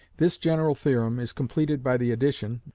this general theorem is completed by the addition,